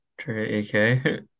Okay